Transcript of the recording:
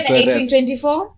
1824